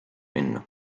minna